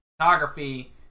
photography